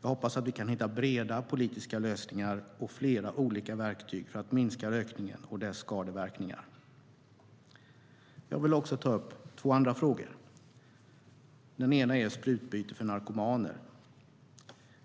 Jag hoppas att vi kan hitta breda politiska lösningar och flera olika verktyg för att minska rökningen och dess skadeverkningar. Jag vill också ta upp två andra frågor. Den ena är sprututbyte för narkomaner.